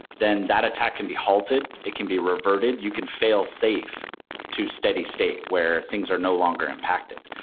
then that attack can be halted. it can be reverted. you can failsafe to steady state where things are no longer impacted.